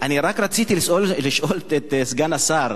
אני רק רציתי לשאול את סגן השר,